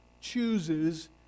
chooses